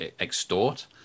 extort